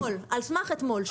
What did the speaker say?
לא מחר, על סמך אתמול.